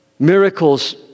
Miracles